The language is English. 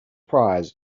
prize